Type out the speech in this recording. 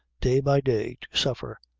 day by day, to suffer,